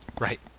Right